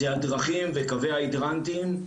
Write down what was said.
זה הדרכים וקווי ההידראנטים,